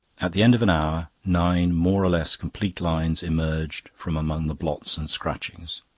at the end of an hour, nine more or less complete lines emerged from among the blots and scratchings.